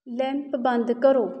lamp ਬੰਦ ਕਰੋ